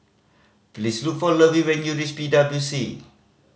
please look for Lovie when you reach P W C